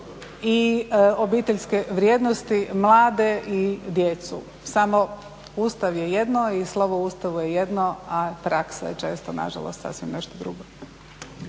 i obiteljske vrijednosti, mlade i djecu. Samo Ustav je jedno i slovo u Ustavu je jedno, a praksa je često nažalost sasvim nešto drugo.